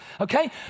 Okay